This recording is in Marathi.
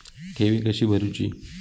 ठेवी कशी भरूची?